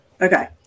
Okay